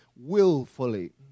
willfully